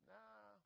Nah